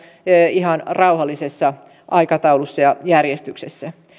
ihan rauhallisessa aikataulussa ja järjestyksessä